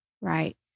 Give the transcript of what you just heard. Right